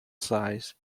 size